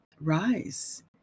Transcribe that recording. rise